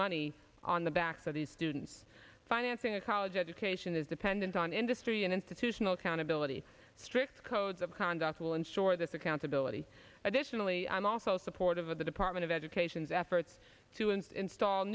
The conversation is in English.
money on the backs of these students financing a college education is dependent on industry and institutional accountability strict codes of conduct will ensure this accountability additionally i'm also supportive of the department of education's efforts to insta